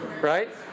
Right